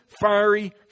fiery